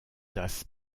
das